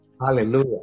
Hallelujah